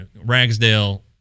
Ragsdale